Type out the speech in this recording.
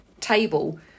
table